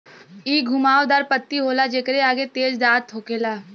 इ घुमाव दार पत्ती होला जेकरे आगे तेज दांत होखेला